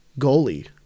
goalie